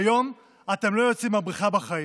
היום אתם לא יוצאים מהבריכה בחיים.